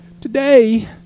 today